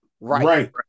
right